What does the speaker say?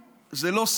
לצערנו, זה לא יקרה.